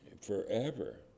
forever